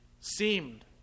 seemed